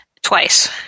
Twice